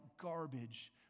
garbage